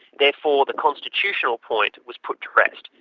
therefore the constitutional point was put to rest.